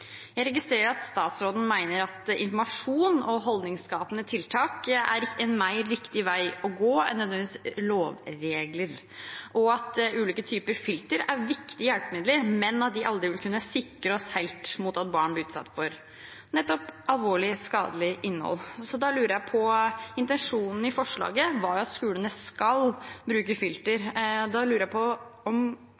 Jeg registrerer at statsråden mener at informasjon og holdningsskapende tiltak er en mer riktig vei å gå enn nødvendigvis lovregler, og at ulike typer filtre er viktige hjelpemidler, men at vi aldri helt vil kunne sikre oss mot at barn blir utsatt for alvorlig skadelig innhold. Intensjonen i representantforslaget var at skolene skal bruke filter. Da lurer jeg på hva statsrådens tanker er om hva som hindrer skolene i å bruke filter